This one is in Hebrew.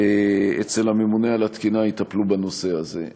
אצל הממונה על התקינה יטפלו בנושא הזה.